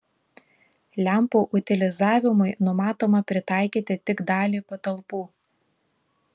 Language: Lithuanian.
lempų utilizavimui numatoma pritaikyti tik dalį patalpų